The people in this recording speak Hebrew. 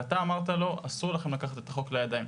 ואתה אמרת לו: אסור לכם לקחת את החוק לידיים.